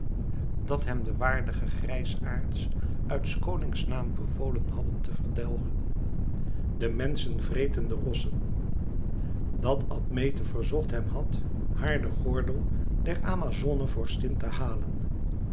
dat hem de waardige grijsaards uit s konings naam bevolen hadden te verdelgen de menschen vretende rossen dat admete verzocht hem had haar den gordel der amazonen vorstin te halen